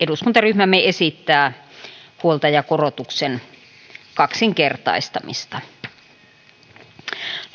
eduskuntaryhmämme esittää huoltajakorotuksen kaksinkertaistamista